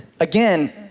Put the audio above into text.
Again